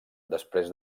després